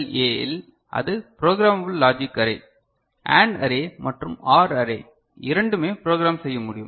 ஏ இல் அது programmable logic array AND array மற்றும் OR அரே இரண்டுமே ப்ரோக்ராம் செய்ய முடியும்